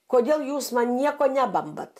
kodėl jūs man nieko nebambat